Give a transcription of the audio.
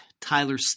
Tyler